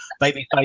Babyface